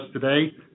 today